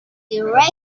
direct